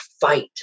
fight